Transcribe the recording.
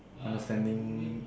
understanding